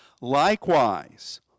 Likewise